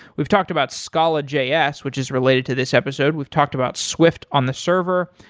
we've talked about scala js, which is related to this episode. we've talked about swift on the server.